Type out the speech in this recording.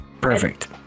Perfect